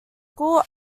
school